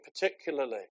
particularly